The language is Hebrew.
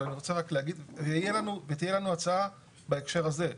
אבל אני רוצה רק להגיד, תהיה לנו הצעה בהקשר הזה.